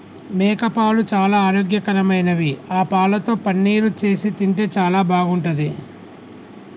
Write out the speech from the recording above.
మేకపాలు చాలా ఆరోగ్యకరమైనవి ఆ పాలతో పన్నీరు చేసి తింటే చాలా బాగుంటది